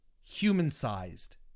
human-sized